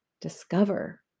discover